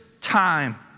time